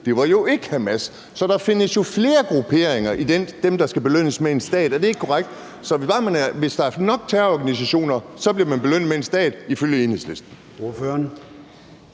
var jo ikke Hamas. Så der findes flere grupperinger iblandt dem, der skal belønnes med en stat. Er det ikke korrekt? Så hvis der er nok terrororganisationer, bliver man belønnet med en stat ifølge Enhedslisten.